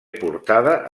portada